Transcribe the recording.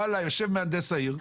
יושב מהנדס העיר,